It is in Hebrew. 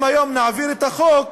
אם היום נעביר את החוק,